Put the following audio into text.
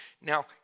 Now